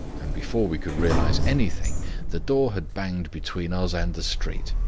and before we could realize anything the door had banged between us and the street.